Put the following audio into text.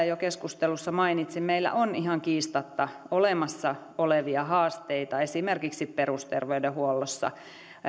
jo täällä keskustelussa mainitsin meillä on ihan kiistatta olemassa olevia haasteita esimerkiksi perusterveydenhuollossa